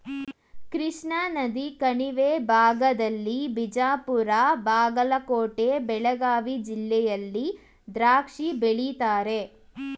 ಕೃಷ್ಣಾನದಿ ಕಣಿವೆ ಭಾಗದಲ್ಲಿ ಬಿಜಾಪುರ ಬಾಗಲಕೋಟೆ ಬೆಳಗಾವಿ ಜಿಲ್ಲೆಯಲ್ಲಿ ದ್ರಾಕ್ಷಿ ಬೆಳೀತಾರೆ